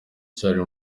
cyane